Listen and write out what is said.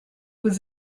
was